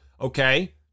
okay